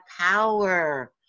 power